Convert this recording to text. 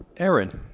erin,